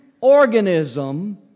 organism